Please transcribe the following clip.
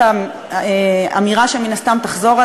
יש איזה איזון מינימלי בין הזכויות והרווחה של